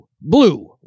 blue